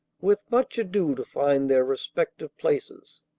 with much ado to find their respective places.